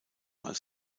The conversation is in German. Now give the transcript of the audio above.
als